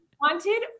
wanted